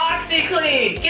OxyClean